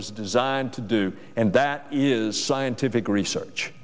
was designed to do and that is scientific research